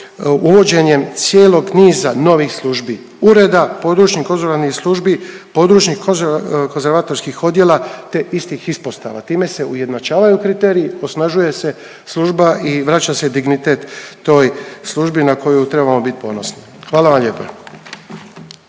područnih konzularnih službi, područnih konzervatorskih odjela te istih ispostava. Time se ujednačavaju kriteriji, osnažuje se služba i vraća se dignitet toj službi na koju trebamo bit ponosni. Hvala vam lijepa.